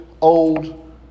old